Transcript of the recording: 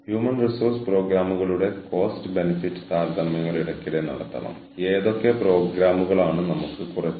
human resource മാനേജർമാരുടെയും human resource management വകുപ്പിന്റെയും മൊത്തത്തിലുള്ള പ്രാഥമിക ലക്ഷ്യങ്ങൾ എന്തൊക്കെയാണ്